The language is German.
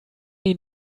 ihn